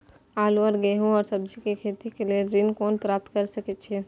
आलू और गेहूं और सब्जी के खेती के लेल ऋण कोना प्राप्त कय सकेत छी?